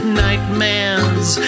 nightmares